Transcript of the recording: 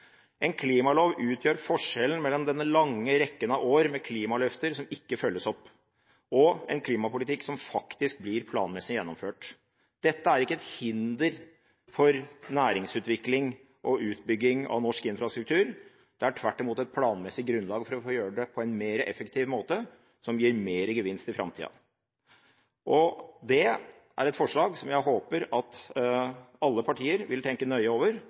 En klimalov utgjør forskjellen mellom denne lange rekken av år med klimaløfter som ikke følges opp, og en klimapolitikk som faktisk blir planmessig gjennomført. Dette er ikke et hinder for næringsutvikling og utbygging av norsk infrastruktur, det er tvert imot et planmessig grunnlag for å få gjøre det på en mer effektiv måte som gir mer gevinst i framtida. Det er et forslag som jeg håper at alle partier vil tenke nøye over